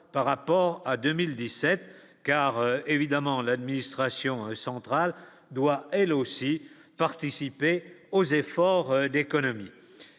par rapport à 2017, car évidemment l'administration centrale doit elle aussi participer aux efforts d'économie